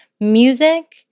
Music